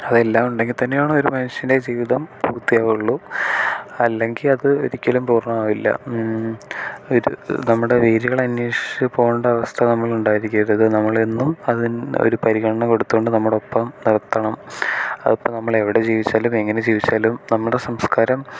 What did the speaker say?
അതെല്ലാം ഉണ്ടെങ്കിൽ തന്നെയാണ് ഒരു മനുഷ്യൻ്റെ ജീവിതം പൂർത്തിയാവുള്ളൂ അല്ലെങ്കിൽ അത് ഒരിക്കലും പൂർണമാവില്ല ഒരു നമ്മുടെ വേരുകൾ അന്വേഷിച്ച് പോകേണ്ട അവസ്ഥ നമ്മൾ ഉണ്ടാക്കിക്കരുത് നമ്മളെന്നും അതിന് ഒരു പരിഗണന കൊടുത്തുകൊണ്ട് നമ്മോടൊപ്പം നിർത്തണം അതിപ്പോൾ നമ്മളെവിടെ ജീവിച്ചാലും എങ്ങനെ ജീവിച്ചാലും നമ്മുടെ സംസ്കാരം